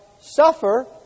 suffer